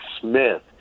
Smith